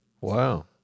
Wow